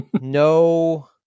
No